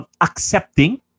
accepting